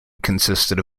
consisted